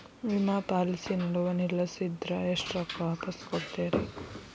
ವಿಮಾ ಪಾಲಿಸಿ ನಡುವ ನಿಲ್ಲಸಿದ್ರ ಎಷ್ಟ ರೊಕ್ಕ ವಾಪಸ್ ಕೊಡ್ತೇರಿ?